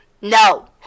No